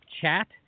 Chat